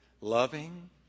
loving